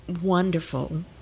wonderful